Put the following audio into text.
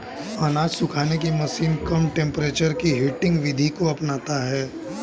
अनाज सुखाने की मशीन कम टेंपरेचर की हीटिंग विधि को अपनाता है